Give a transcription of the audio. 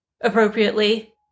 appropriately